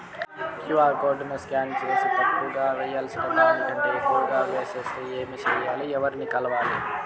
QR code scan సేసి తప్పు గా వేయాల్సిన దానికంటే ఎక్కువగా వేసెస్తే ఏమి సెయ్యాలి? ఎవర్ని కలవాలి?